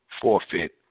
forfeit